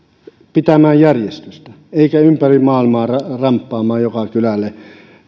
pitämään järjestystä eikä ympäri maailmaa ramppaamaan joka kylälle